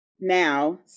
Now